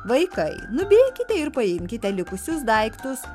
vaikai nubėkite ir paimkite likusius daiktus